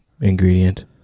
ingredient